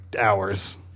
hours